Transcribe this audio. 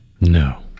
No